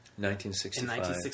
1965